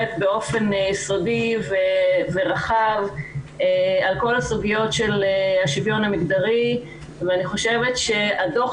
באופן יסודי ורחב על כל הסוגיות של השוויון המגדרי ואני חושבת שהדו"ח